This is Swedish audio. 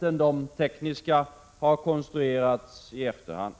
De tekniska argumenten har konstruerats i efterhand.